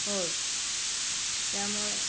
होय त्यामुळं